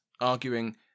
arguing